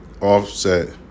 Offset